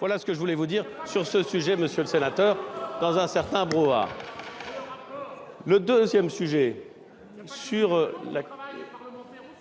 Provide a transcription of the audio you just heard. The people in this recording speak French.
Voilà ce que je voulais vous dire sur ce sujet, monsieur le sénateur, malgré un certain brouhaha ... Le Gouvernement n'est